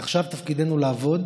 ועכשיו תפקידנו לעבוד